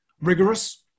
rigorous